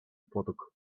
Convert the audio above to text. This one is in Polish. potok